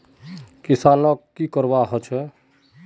किसानोक की करवा होचे?